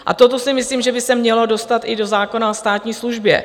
A toto si myslím, že by se mělo dostat i do zákona o státní službě.